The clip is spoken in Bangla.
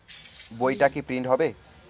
বইটা কি প্রিন্ট হবে?